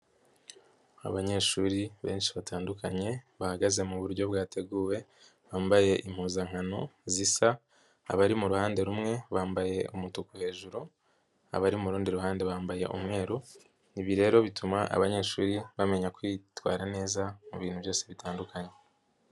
Abanyeshuri benshi batandukanye bahagaze mu buryo bwateguwe bambaye impuzankano zisa, abari mu ruhande rumwe bambaye umutuku hejuru abari mu rundi ruhande bambaye umweru, ibi rero bituma abanyeshuri bamenya kwitwara neza mu bintu byose bitandukanye.